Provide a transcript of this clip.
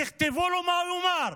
תכתבו לו מה הוא יאמר.